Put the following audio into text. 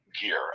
gear